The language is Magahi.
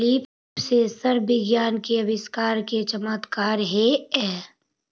लीफ सेंसर विज्ञान के आविष्कार के चमत्कार हेयऽ